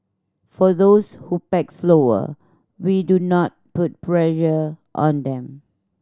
for those who pack slower we do not put pressure on them